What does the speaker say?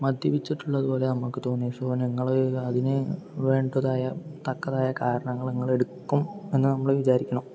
മദ്യപിച്ചിട്ടുള്ളതു പോലെ നമുക്ക് തോന്നിയത് സോ നിങ്ങൾ അതിന് വേണ്ടതായ തക്കതായ കാരണങ്ങൾ നിങ്ങൾ എടുക്കും എന്ന് നമ്മൾ വിചാരിക്കുകയാണ്